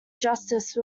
justice